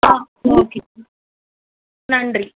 ஆ okay ம் நன்றி